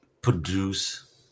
produce